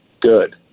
good